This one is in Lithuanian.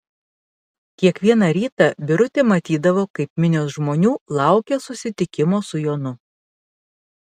kiekvieną rytą birutė matydavo kaip minios žmonių laukia susitikimo su jonu